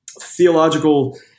theological